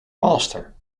master